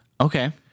Okay